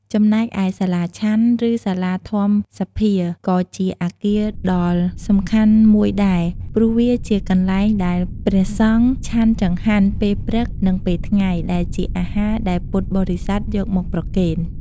ចំណែកឯ សាលាឆាន់ ឬសាលាធម្មសភា ក៏ជាអគារដល់សំខាន់មួយដែរ ព្រោះវាជាកន្លែងដែល ព្រះសង្ឃឆាន់ចង្ហាន់ ពេលព្រឹក និងពេលថ្ងៃ ដែលជាអាហារដែលពុទ្ធបរិស័ទយកមកប្រគេន។